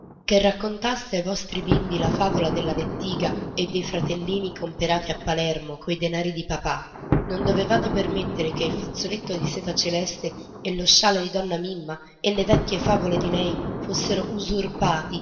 che raccontasse ai vostri bimbi la favola della lettiga e dei fratellini comperati a palermo coi denari di papà non dovevate permettere che il fazzoletto di seta celeste e lo scialle di donna mimma e le vecchie favole di lei fossero usurpati